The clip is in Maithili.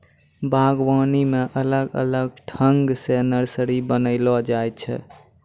बागवानी मे अलग अलग ठंग से नर्सरी बनाइलो जाय छै